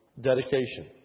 dedication